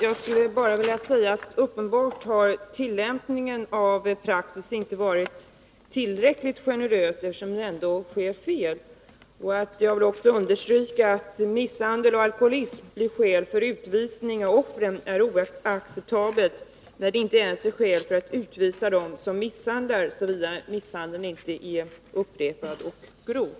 Herr talman! Det är uppenbart att tillämpningen av praxis inte har varit tillräckligt generös, eftersom det ändå förekommer felaktigheter. Jag vill också understryka att misshandel och alkoholism är oacceptabla grunder som skäl vid utvisning, eftersom de inte är skäl för utvisning ens av dem som förövar misshandel, såvida denna inte är upprepad och grov.